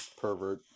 pervert